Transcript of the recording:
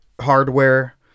hardware